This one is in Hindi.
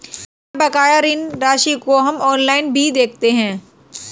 पिछला बकाया ऋण की राशि को हम ऑनलाइन भी देखता